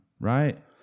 right